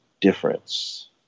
difference